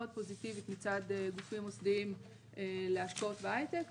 פוזיטיבית מצד גופים מוסדיים להשקעות בהייטק,